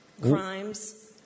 crimes